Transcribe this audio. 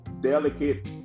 delicate